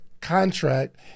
contract